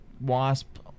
wasp